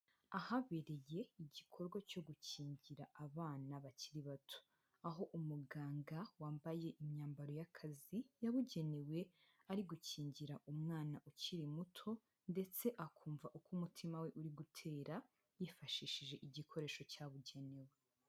Ahabereye igikorwa cyo gukingira abana bakiri bato, aho umuganga wambaye imyambaro y'akazi yabugenewe ari gukingira umwana ukiri muto ndetse akumva uko umutima we uri gutera yifashishije igikoresho cyabugenewe.